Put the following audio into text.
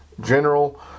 general